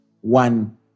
one